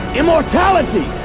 immortality